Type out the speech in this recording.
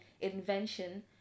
invention